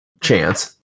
chance